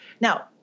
Now